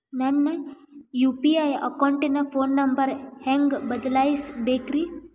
ನನ್ನ ಯು.ಪಿ.ಐ ಅಕೌಂಟಿನ phone number ಹೆಂಗ್ ಬದಲಾಯಿಸ ಬೇಕ್ರಿ?